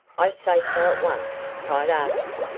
i say so at once, cried artis,